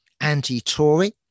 anti-Tory